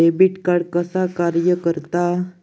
Debit card कसा कार्य करता?